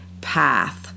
path